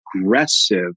aggressive